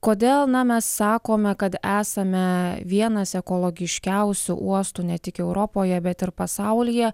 kodėl na mes sakome kad esame vienas ekologiškiausių uostų ne tik europoje bet ir pasaulyje